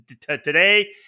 today